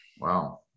Wow